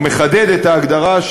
או מחדדים את ההגדרה,